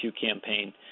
campaign